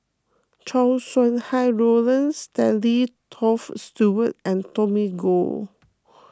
Chow Sau Hai Roland Stanley Toft Stewart and Tommy Koh